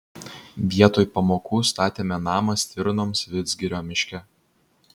vietoj pamokų statėme namą stirnoms vidzgirio miške